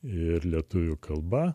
ir lietuvių kalba